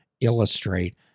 illustrate